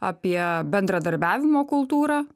apie bendradarbiavimo kultūrą